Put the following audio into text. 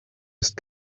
ist